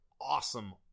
Awesome